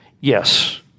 Yes